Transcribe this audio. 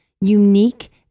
unique